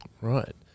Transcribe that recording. Right